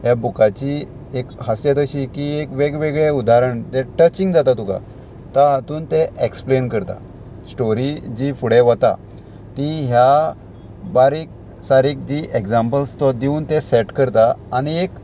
ह्या बुकाची एक हास्यत अशी की एक वेगवेगळे उदाहरण तें टचिंग जाता तुका तो हातून ते एक्सप्लेन करता स्टोरी जी फुडें वता ती ह्या बारीक सारीक जी एग्जाम्पल्स तो दिवून तें सेट करता आनी एक